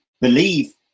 believe